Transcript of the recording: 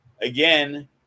again